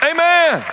Amen